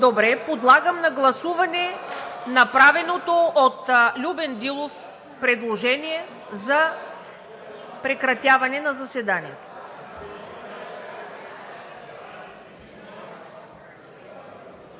Добре, подлагам на гласуване направеното от Любен Дилов предложение за прекратяване на заседанието.